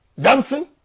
dancing